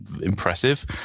impressive